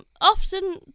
often